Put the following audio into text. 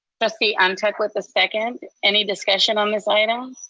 trustee um ntuk with the second. any discussion on this item?